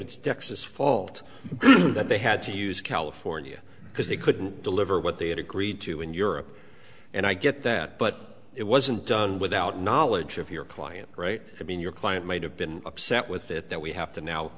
it's dexys fault that they had to use california because they couldn't deliver what they had agreed to in europe and i get that but it wasn't done without knowledge of your client right i mean your client might have been upset with it that we have to now